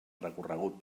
recorregut